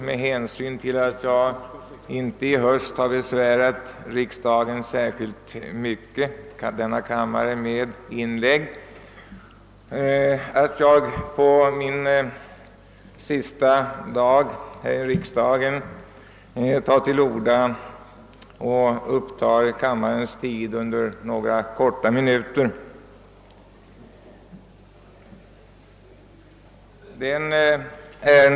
Med hänsyn till att jag i höst inte besvärat kammaren särskilt mycket med inlägg må det väl vara mig förlåtet att jag på min sista dag här i riksdagen tar till orda och under några minuter tar kammarens tid i anspråk.